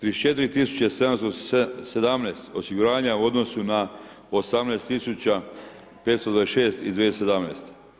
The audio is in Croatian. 34717 osiguranja u odnosu na 18526 iz 2017.